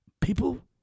people